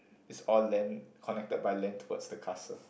it's all land connected by land towards the castle